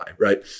right